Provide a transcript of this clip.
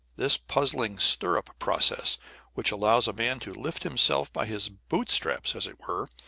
this puzzling stirrup process which allows a man to lift himself by his boot-straps, as it were,